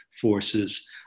forces